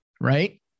right